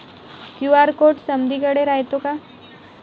QR code समदीकडे रायतो का?